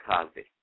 Cosby